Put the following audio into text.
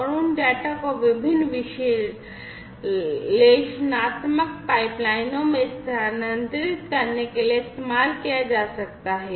और उन डेटा को विभिन्न विश्लेषणात्मक पाइपलाइनों में स्थानांतरित करने के लिए इस्तेमाल किया जा सकता है